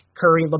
Curry